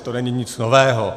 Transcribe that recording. To není nic nového.